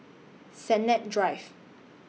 Sennett Drive